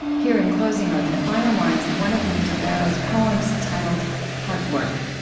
here in closing are the final lines of one of anita barrows' poems, titled heart work.